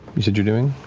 you said you're doing?